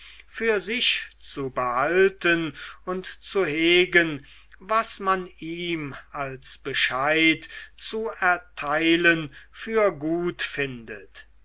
für sich zu behalten und zu hegen was man ihm als bescheid zu erteilen für gut findet